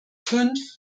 fünf